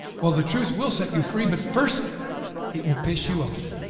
well the truth will set you free but first it will piss you off.